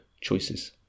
choices